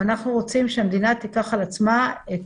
ואנחנו רוצים שהמדינה תיקח על עצמה את